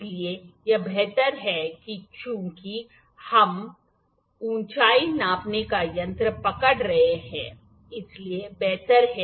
इसलिए यह बेहतर है कि चूंकि हम ऊंचाई नापने का यंत्र पकड़ रहे हैं इसलिए बेहतर है कि हम इसे यहां खींच लें ठीक है